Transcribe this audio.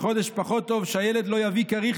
ובחודש פחות טוב הילד לא יביא כריך